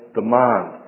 demand